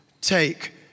take